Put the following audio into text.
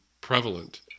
prevalent